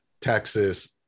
Texas